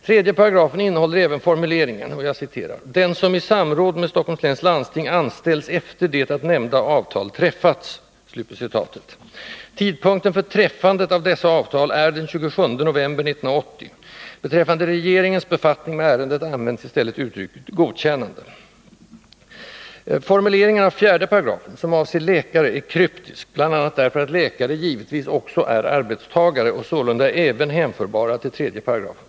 3 § innehåller även formuleringen ”den som i samråd med SLL anställs efter det att nämnda avtal träffats”. Tidpunkten för träffandet av dessa avtal är den 27 november 1980. Beträffande regeringens befattning med ärendet används i stället uttrycket ”godkännande”. Formuleringen av 4 §, som avser läkare, är kryptisk, bl.a. därför att läkare givetvis också är ”arbetstagare” och sålunda även hänförbara till 3 §.